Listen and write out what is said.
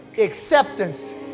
acceptance